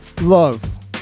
love